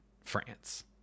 France